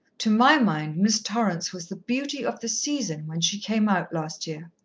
to my mind miss torrance was the beauty of the season, when she came out last year.